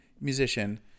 Musician